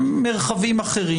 במרחבים אחרים.